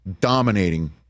Dominating